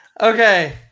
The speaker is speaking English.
Okay